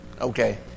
Okay